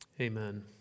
Amen